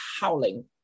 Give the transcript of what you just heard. howling